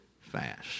fast